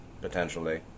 potentially